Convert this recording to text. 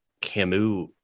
Camus